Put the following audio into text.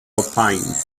opined